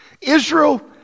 Israel